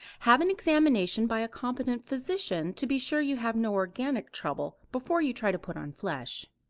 have an examination by a competent physician to be sure you have no organic trouble, before you try to put on flesh.